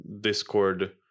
Discord